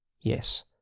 Yes